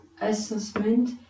assessment